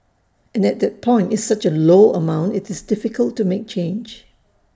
and at that point it's such A low amount IT is difficult to make change